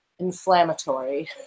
inflammatory